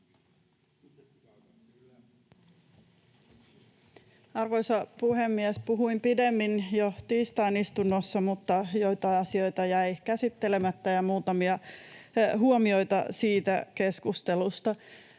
Arvoisa puhemies! Puhuin pidemmin jo tiistain istunnossa, mutta joitain asioita jäi käsittelemättä, myös muutamia huomioita siitä keskustelusta.